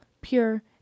pure